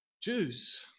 Jews